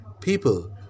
people